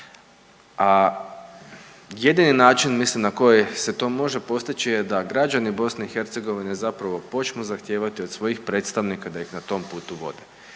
jedini način mislim na koji se to može postići je da građani BiH zapravo počnu zahtijevati od svojih predstavnika da ih na tom putu vode